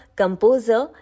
composer